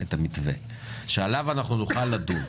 נקבל את המתווה שעליו נוכל לדון.